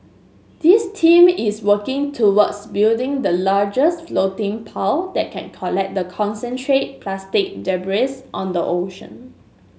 this team is working towards building the largest floating that can collect the concentrate plastic debris on the ocean